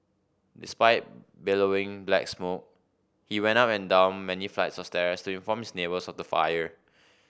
despite billowing black smoke he went up and down many flights of stairs to inform his neighbours of the fire